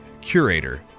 Curator